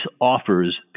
offers